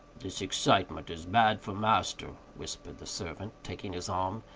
this excitement is bad for master, whispered the servant, taking his arm,